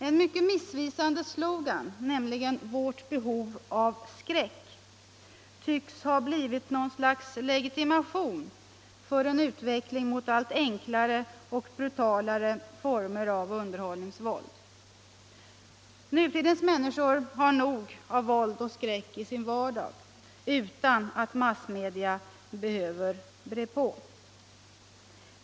En mycket missvisande slogan, nämligen ”vårt behov av skräck”, tycks ha blivit något slags legitimation för en utveckling mot allt enklare och brutalare former av underhållningsvåld. Nutidens människor har nog av våld och skräck i sin vardag utan att massmedia behöver bre” på.